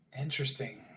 Interesting